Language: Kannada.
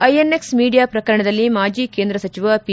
ಐಎನ್ಎಕ್ಸ್ ಮೀಡಿಯಾ ಪ್ರಕರಣದಲ್ಲಿ ಮಾಜಿ ಕೇಂದ್ರ ಸಚಿವ ಪಿ